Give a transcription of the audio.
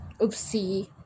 oopsie